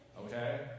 Okay